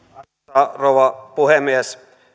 arvoisa rouva puhemies